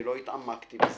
לא התעמקתי בזה.